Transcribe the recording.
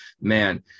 man